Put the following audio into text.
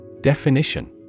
Definition